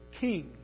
king